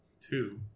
two